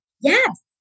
Yes